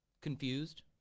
confused